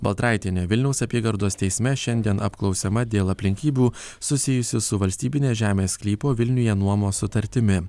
baltraitienė vilniaus apygardos teisme šiandien apklausiama dėl aplinkybių susijusių su valstybinės žemės sklypo vilniuje nuomos sutartimi